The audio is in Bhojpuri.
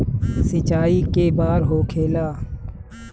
सिंचाई के बार होखेला?